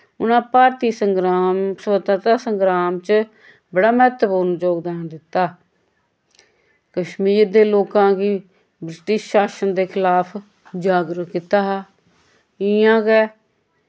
उनै भारती संग्राम स्वतत्रता संग्राम च बड़ा मैह्त्वपूर्ण जोगदान दित्ता कश्मीर दे लोकां गी ब्रिटिश शाशन दे खिलाफ जागरुक कीता हा इ'यां गै